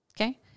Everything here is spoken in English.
Okay